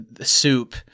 soup